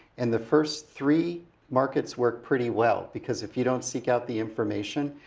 and the first three markets worked pretty well, because if you don't seek out the information,